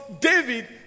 David